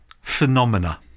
phenomena